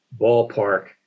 ballpark